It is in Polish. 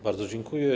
Bardzo dziękuję.